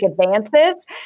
advances